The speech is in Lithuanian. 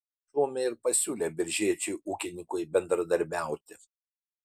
suomiai ir pasiūlė biržiečiui ūkininkui bendradarbiauti